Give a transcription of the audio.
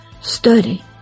Study